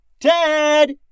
Ted